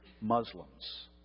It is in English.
Muslims